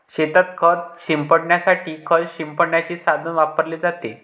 शेतात खत शिंपडण्यासाठी खत शिंपडण्याचे साधन वापरले जाते